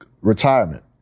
retirement